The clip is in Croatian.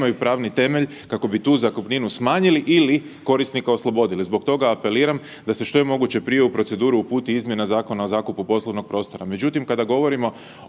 nemaju pravni temelj kako bi tu zakupninu smanjili ili korisnika oslobodili. Zbog toga apeliram da se što je moguće prije u proceduru uputi izmjena Zakona o zakupu poslovnog prostora.